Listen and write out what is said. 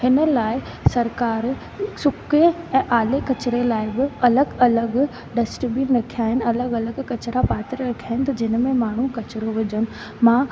हिन लाइ सरकार सुके ऐंं आले किचिरे लाइ बि अलॻि अलॻि डस्टबिन रखिया आहिनि अलॻि अलॻि किचिरा पात्र रखिया आहिनि त जिन में माण्हू किचिरो विझनि मां